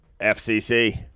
FCC